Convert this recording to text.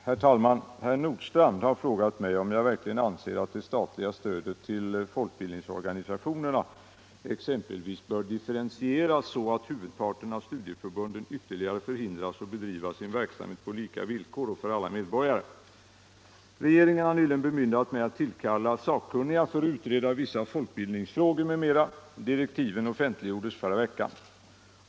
Herr talman! Herr Nordstrandh har frågat mig om jag verkligen anser att det statliga stödet till folkbildningsorganisationerna exempelvis bör differentieras så att huvudparten av studieförbunden ytterligare förhindras att bedriva sin verksamhet på lika villkor och för alla medborgare. Regeringen har nyligen bemyndigat mig att tillkalla sakkunniga för att utreda vissa folkbildningsfrågor m.m. Direktiven offentliggjordes förra veckan.